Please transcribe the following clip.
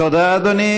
תודה, אדוני.